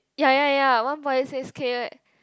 ya ya ya one point six K